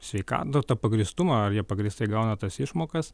sveikatą tą pagrįstumą ar jie pagrįstai gauna tas išmokas